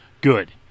good